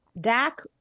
Dak